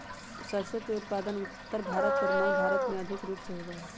सरसों के उत्पादन उत्तर भारत और मध्य भारत में अधिक रूप से होबा हई